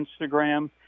Instagram